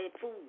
food